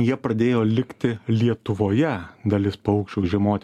jie pradėjo likti lietuvoje dalis paukščių žiemot